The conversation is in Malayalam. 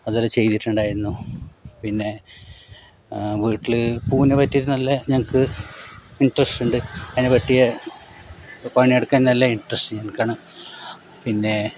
അതുപോലെ ചെയ്തിട്ടുണ്ടായിരുന്നു പിന്നെ വീട്ടിൽ പൂവിനു പറ്റിയ ഒരു നല്ല ഞങ്ങക്കതിൽ ഇൻട്രെസ്റ്റ് ഉണ്ട് അതിനു പറ്റിയ പണിയെടുക്കാൻ നല്ല ഇൻ്ററസ്റ്റ് എനിക്കാണ് പിന്നെ